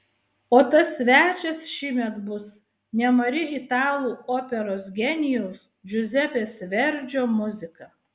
o tas svečias šįmet bus nemari italų operos genijaus džiuzepės verdžio muzika